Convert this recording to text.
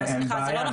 אין בעיה,